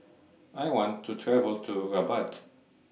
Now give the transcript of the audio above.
I want to travel to Rabat